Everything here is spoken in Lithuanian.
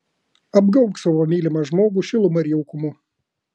apgaubk savo mylimą žmogų šiluma ir jaukumu